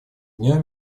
дня